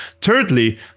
Thirdly